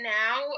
now